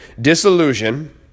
disillusion